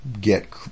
get